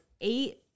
eight